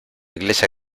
iglesia